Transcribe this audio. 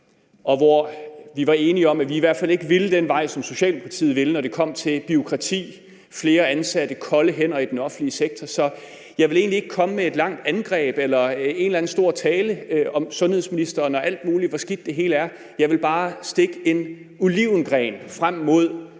og hvor vi var enige om, at vi i hvert fald ikke ville den vej, som Socialdemokratiet ville, når det kom til bureaukrati, altså flere ansatte kolde hænder i den offentlige sektor. Jeg vil egentlig ikke komme med et langt angreb eller en eller anden stor tale om sundhedsministeren og alt mulig om, hvor skidt det hele er. Jeg vil bare stikke en olivengren frem mod